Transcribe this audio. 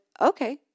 okay